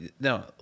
no